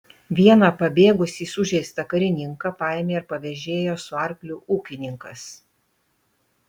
vieną pabėgusį sužeistą karininką paėmė ir pavėžėjo su arkliu ūkininkas